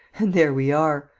and there we are!